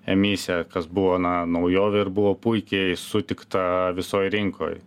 emisiją kas buvo na naujovė ir buvo puikiai sutikta visoj rinkoj